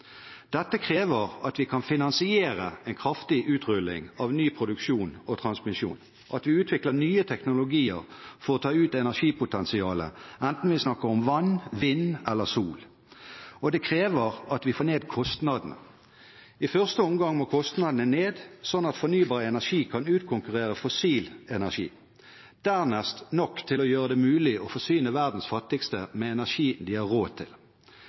Dette krever at vi kan finansiere en kraftig utrulling av ny produksjon og transmisjon – at vi utvikler nye teknologier for å ta ut energipotensialet, enten vi snakker om vann, vind eller sol. Det krever at vi får ned kostnadene. I første omgang må kostnadene ned slik at fornybar energi kan utkonkurrere fossil energi, dernest nok til å gjøre det mulig å forsyne verdens fattigste med energi de har råd til.